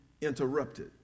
interrupted